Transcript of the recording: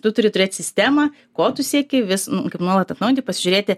tu turi turėt sistemą ko tu sieki vis nu kaip nuolat atnaujinti pasižiūrėti